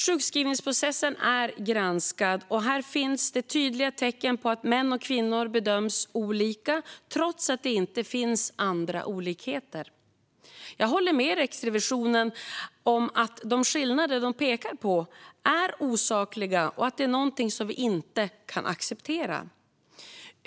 Sjukskrivningsprocessen är granskad, och här finns det tydliga tecken på att män och kvinnor bedöms olika trots att det inte finns andra olikheter. Jag håller med Riksrevisionen om att de skillnader de pekar på är osakliga och att det är någonting som vi inte kan acceptera.